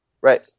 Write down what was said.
right